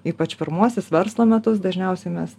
ypač pirmuosius verslo metus dažniausiai mes